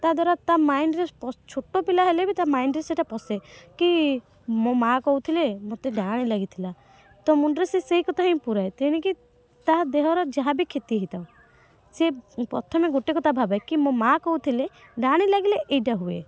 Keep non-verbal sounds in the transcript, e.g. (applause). ତା ଦ୍ୱାରା ତା ମାଇଣ୍ଡ୍ରେ (unintelligible) ଛୋଟ ପିଲା ହେଲେ ବି ତା ମାଇଣ୍ଡ୍ରେ ସେଇଟା ପଶେ କି ମୋ ମା କହୁଥିଲେ ମତେ ଡାହାଣୀ ଲାଗିଥିଲା ତ ମୁଣ୍ଡରେ ସେଇ ସେଇ କଥା ହିଁ ପୁରାଏ ତେଣିକି ତା ଦେହର ଯାହା ବି କ୍ଷତି ହୋଇଥାଉ ସେ ପ୍ରଥମେ ଗୋଟିଏ କଥା ଭାବେ କି ମୋ ମା କହୁଥିଲେ ଡାହାଣୀ ଲାଗିଲେ ଏଇଟା ହୁଏ